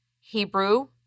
Hebrew